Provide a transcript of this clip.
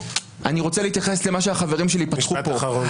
אני רוצה להתייחס למה שהחברים שלי אמרו כאן.